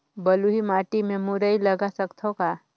बलुही माटी मे मुरई लगा सकथव का?